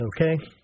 okay